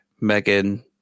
Megan